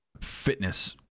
fitness